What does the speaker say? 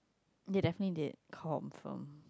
they definitely did confirm